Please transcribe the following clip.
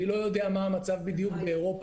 אני לא יודע מה המצב בדיוק באירופה,